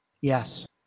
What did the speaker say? Yes